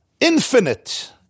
infinite